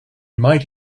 might